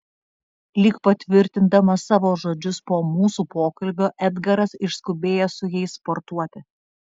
lyg patvirtindamas savo žodžius po mūsų pokalbio edgaras išskubėjo su jais sportuoti